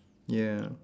ya